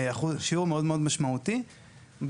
שיעור מאוד מאוד משמעותי,